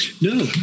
No